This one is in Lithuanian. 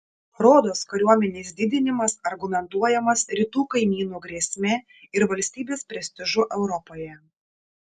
rodos kariuomenės didinimas argumentuojamas rytų kaimynų grėsme ir valstybės prestižu europoje